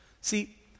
See